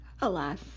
Alas